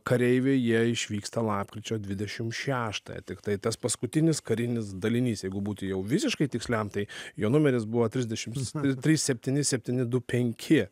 kareiviai jie išvyksta lapkričio dvidešimt šaštąją tiktai tas paskutinis karinis dalinys jeigu būtų jau visiškai tiksliam tai jo numeris buvo trisdešimt trys septyni septyni du penki